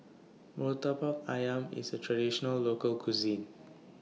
Murtabak Ayam IS A Traditional Local Cuisine